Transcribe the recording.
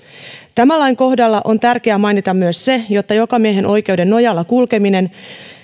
tämän lain kohdalla on tärkeää mainita myös se että kulkeminen jokamiehenoikeuden nojalla